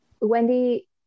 Wendy